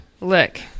Look